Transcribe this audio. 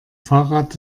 fahrrad